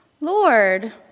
Lord